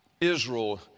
Israel